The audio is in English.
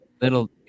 little